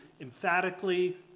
Emphatically